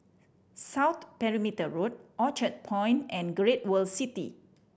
South Perimeter Road Orchard Point and Great World City